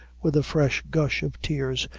with a fresh gush of tears,